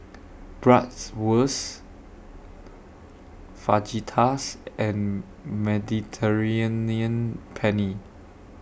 Bratwurst Fajitas and Mediterranean Penne